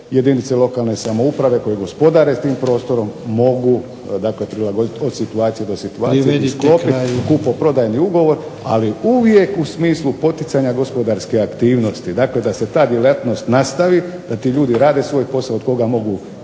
jedinice lokalne samouprave koje gospodare s tim prostorom mogu dakle prilagoditi od situacije do situacije i sklopit kupoprodajni ugovor, ali uvijek u smislu poticanja gospodarske aktivnosti. Dakle, da se ta djelatnost nastavi, da ti ljudi rade svoj posao od kojeg mogu